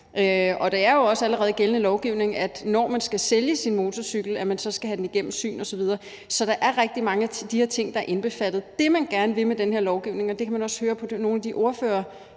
Og det står jo altså også allerede i gældende lovgivning, at når man skal sælge sin motorcykel, skal den igennem syn osv. Så der er rigtig mange af de her ting, der er indbefattet. Det, man gerne vil med den her lovgivning – og det kan vi også høre på nogle af de ordførere,